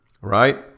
right